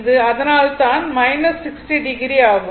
அது அதனால் தான்∠ 60o ஆகும்